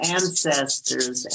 ancestors